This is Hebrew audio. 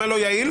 עם הלא יעיל.